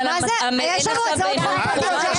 אבל יש לנו הצעות חוק פרטיות.